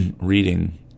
reading